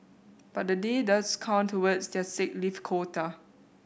but the day does count towards their sick leave quota